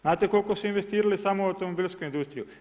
Znate li koliko su investirali samo u automobilsku industriju?